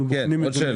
אנחנו בוחנים את זה.